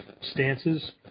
stances